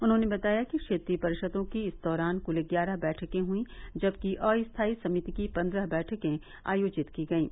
उन्होंने बताया कि क्षेत्रीय परिषदों की इस दौरान कुल ग्यारह बैठके हुई जबकि अस्थाई समिति की पन्द्रह बैठकें आयोजित की गयीं